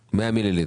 מיליליטר.